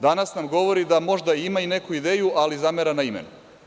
Danas nam govori da možda ima neku ideju, ali zamera na imenu.